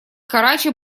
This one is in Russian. карачи